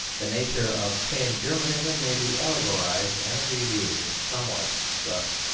the nature of pan-germanism may be allegorised and abbreviated somewhat thus